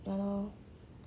ya lor